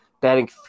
Batting